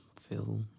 feel